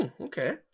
okay